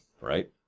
right